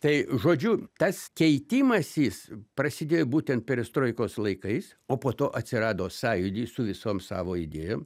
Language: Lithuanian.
tai žodžiu tas keitimasis prasidėjo būtent perestroikos laikais o po to atsirado sąjūdis su visom savo idėjom